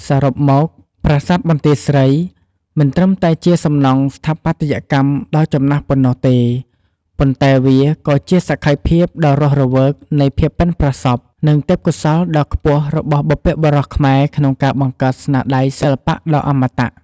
សរុបមក ប្រាសាទបន្ទាយស្រី មិនត្រឹមតែជាសំណង់ស្ថាបត្យកម្មដ៏ចំណាស់ប៉ុណ្ណោះទេ ប៉ុន្តែវាក៏ជាសក្ខីភាពដ៏រស់រវើកនៃភាពប៉ិនប្រសប់ និងទេពកោសល្យដ៏ខ្ពស់របស់បុព្វបុរសខ្មែរក្នុងការបង្កើតស្នាដៃសិល្បៈដ៏អមតៈ។